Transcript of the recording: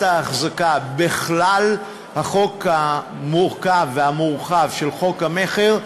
האחזקה בכלל החוק המורכב והמורחב של חוק המכר,